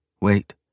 Wait